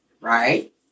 Right